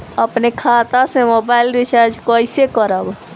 अपने खाता से मोबाइल रिचार्ज कैसे करब?